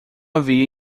havia